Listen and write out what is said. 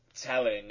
telling